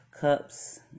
Cups